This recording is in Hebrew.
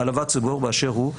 העלבת עובד ציבור באשר הוא,